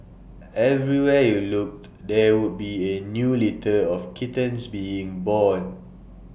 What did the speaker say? everywhere you looked there would be A new litter of kittens being born